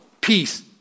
peace